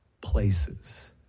places